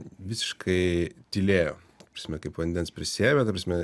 visiškai tylėjo ta prasme kaip vandens prisisėmę ta prasme